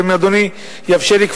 ואם אדוני יאפשר לי,